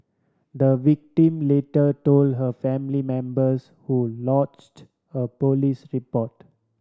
the victim later told her family members who lodged a police report